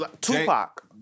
Tupac